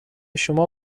شما